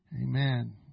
Amen